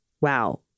Wow